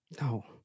No